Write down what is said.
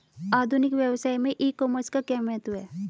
आधुनिक व्यवसाय में ई कॉमर्स का क्या महत्व है?